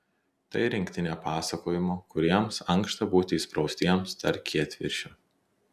tai rinktinė pasakojimų kuriems ankšta būti įspraustiems tarp kietviršių